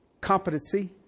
competency